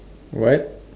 what